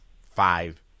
five